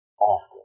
often